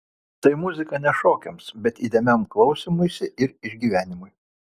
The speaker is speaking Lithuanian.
tai muzika ne šokiams bet įdėmiam klausymuisi ir išgyvenimui